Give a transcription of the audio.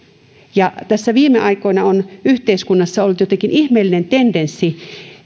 viime aikoina on yhteiskunnassa ollut jotenkin ihmeellinen tendenssi